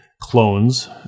clones